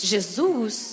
Jesus